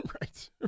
Right